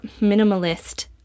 minimalist